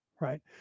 Right